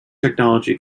technology